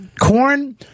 Corn